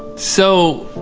so,